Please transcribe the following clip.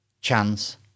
chance